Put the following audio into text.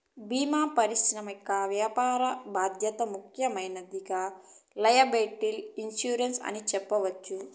భీమా పరిశ్రమకి వ్యాపార బాధ్యత ముఖ్యమైనదిగా లైయబిలిటీ ఇన్సురెన్స్ ని చెప్పవచ్చు